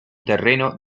terreno